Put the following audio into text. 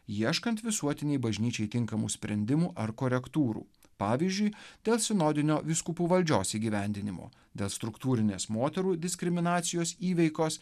ieškant visuotinei bažnyčiai tinkamų sprendimų ar korektūrų pavyzdžiui dėl sinodinio vyskupų valdžios įgyvendinimo dėl struktūrinės moterų diskriminacijos įveikos